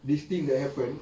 this thing that happened